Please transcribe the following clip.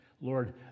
Lord